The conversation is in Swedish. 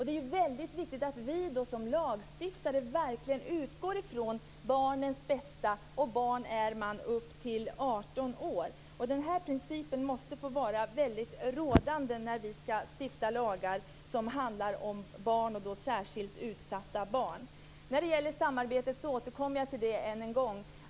Det är väldigt viktigt att vi som lagstiftare verkligen utgår från barnets bästa. Barn är man upp till 18 år. Denna princip måste få vara väldigt rådande när vi ska stifta lagar som handlar om barn, särskilt om utsatta barn. Jag återkommer än en gång till frågan om samarbete.